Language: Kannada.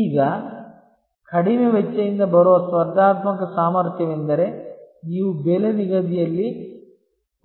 ಈಗ ಕಡಿಮೆ ವೆಚ್ಚದಿಂದ ಬರುವ ಸ್ಪರ್ಧಾತ್ಮಕ ಸಾಮರ್ಥ್ಯವೆಂದರೆ ನೀವು ಬೆಲೆ ನಿಗದಿಯಲ್ಲಿ